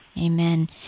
Amen